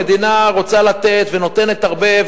המדינה רוצה לתת ונותנת הרבה,